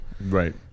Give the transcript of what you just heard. Right